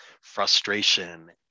frustration